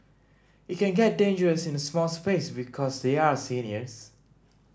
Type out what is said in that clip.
it can get dangerous in a small space because they are seniors